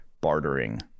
bartering